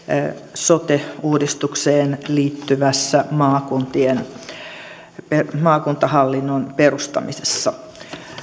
sote uudistukseen liittyvässä maakuntahallinnon perustamisessa